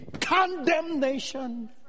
condemnation